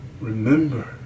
remember